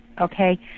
okay